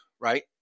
right